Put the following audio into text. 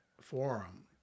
forum